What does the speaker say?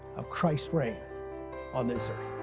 of christ's reign on this earth.